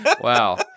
Wow